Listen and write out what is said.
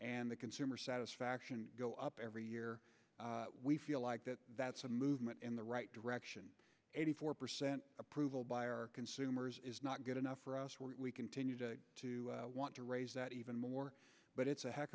and the consumer satisfaction go up every year we feel like that that's a movement in the right direction eighty four percent approval by consumers is not good enough for us we continue to want to raise that even more but it's a heck